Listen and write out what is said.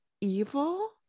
evil